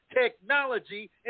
technology